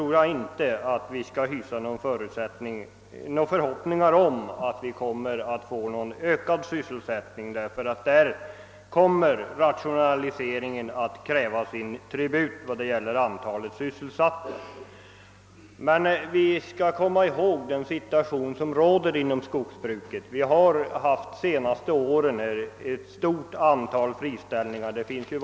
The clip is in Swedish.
Men jag tror inte att vi på längre sikt skall hysa några förhoppningar om ökad sysselsättning i skogsbruket, ty där kommer den pågående rationaliseringen att kräva sin tribut i vad gäller antalet sysselsatta. Vi skall inte glömma att vi under de senaste åren har fått notera ett stort antal friställningar i skogsnäringen.